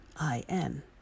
I-N